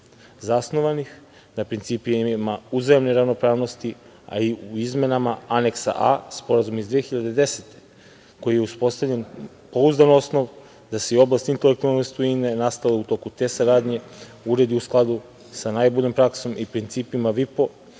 zasnovanih na principima uzajamne ravnopravnosti, a u izmenama Aneksa A, Sporazuma iz 2010. godine, u kome je uspostavljen pouzdan osnov da se oblast intelektualne svojine nastale u toku te saradnje uredi u skladu sa najboljom praksom i principima VIPO,